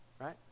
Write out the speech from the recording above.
right